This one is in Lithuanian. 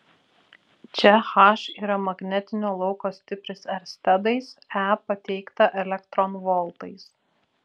čia h yra magnetinio lauko stipris erstedais e pateikta elektronvoltais